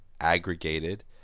aggregated